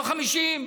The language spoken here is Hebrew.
לא 50,